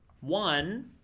One